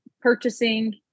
purchasing